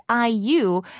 IU